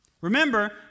Remember